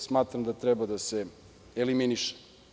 Smatram da treba da se eliminiše.